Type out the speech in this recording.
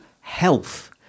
health